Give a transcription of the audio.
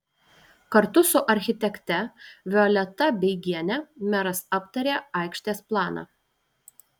kartu su architekte violeta beigiene meras aptarė aikštės planą